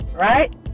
Right